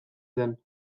zen